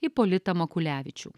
ipolitą makulevičių